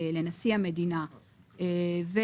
לנשיא המדינה ולשרים,